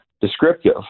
descriptive